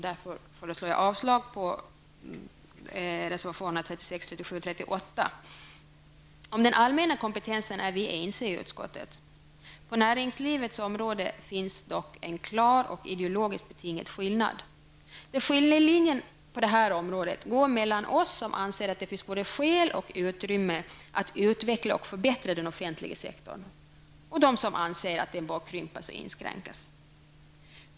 Därför föreslår jag avslag på reservationerna 36, 37 Om den allmänna kompetensen är vi ense i utskottet. På näringslivets område finns dock en klar och ideologiskt betingad skillnad. Skiljelinjen på det här området går mellan oss som anser att det finns både skäl och utrymme att utveckla och förbättra den offentliga sektorn och dem som anser att den bör krympas och inskränkas.